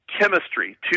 Chemistry